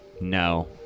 No